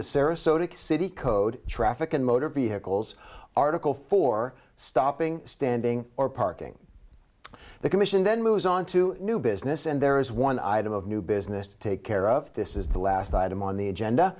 the sarasota city code traffic and motor vehicles article for stopping standing or parking the commission then moves on to new business and there is one item of new business to take care of this is the last item on the agenda